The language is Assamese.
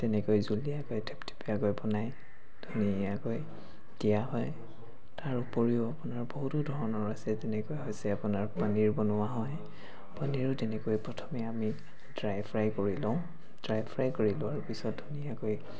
তেনেকৈ জুলীয়াকৈ থেপথেপীয়াকৈ বনাই ধুনীয়াকৈ দিয়া হয় তাৰ উপৰিও আপোনাৰ বহুতো ধৰণৰ আছে যেনেকৈ আছে আপোনাৰ পনীৰ বনোৱা হয় পনীৰো তেনেকৈ প্ৰথমে আমি ড্ৰাই ফ্ৰাই কৰি লওঁ ড্ৰাই ফ্ৰাই কৰি লোৱাৰ পিছত ধুনীয়াকৈ